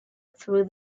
through